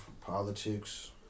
politics